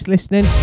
listening